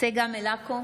צגה מלקו,